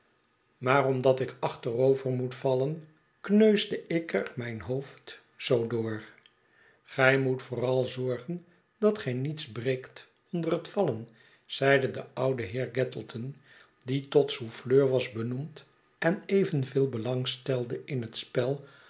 maar omdat ik achterover moet vallen kneusde ik er mijn hoofd zoo door gij moet vooral zorgen dat gij niets breekt onder het vallen zeide de oude heer gattleton die tot souffleur was benoemd en evenveel belang stelde in het spel